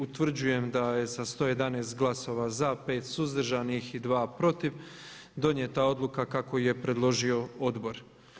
Utvrđujem da je sa 111 glasova za, 5 suzdržanih i 2 protiv donijeta odluka kako ju je predložio Odbor.